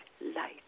light